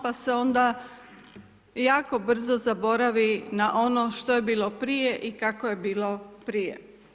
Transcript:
Pa se onda, jako brzo zaboravi na ono što je bilo prije i kako je bilo prije.